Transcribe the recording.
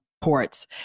ports